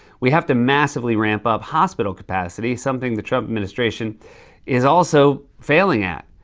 we have to massively ramp up hospital capacity, something the trump administration is also failing at.